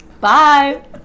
Bye